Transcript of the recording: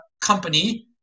company